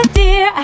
dear